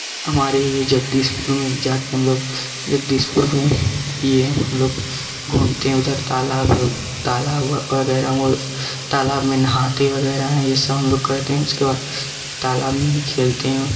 हमारे यह जगदीशपुर में भी जाते हम लोग जगदीशपुर में यह हम लोग घूमते उधर तालाब तालाब वगैरह हुए तालाब में नहाते वगैरह हैं यह सब हम लोग करते उसके बाद तालाब में ही खेलते हैं